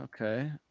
okay